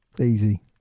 Easy